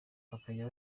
bakajya